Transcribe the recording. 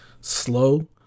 slow